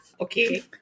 okay